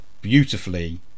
beautifully